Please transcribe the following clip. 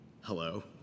hello